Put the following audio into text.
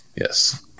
Yes